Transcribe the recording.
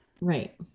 Right